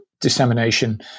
dissemination